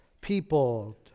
people